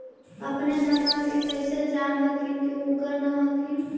अपने धनमा के कैसे जान हखिन की उगा न हखिन?